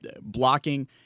blocking